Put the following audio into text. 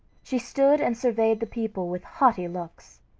she stood and surveyed the people with haughty looks.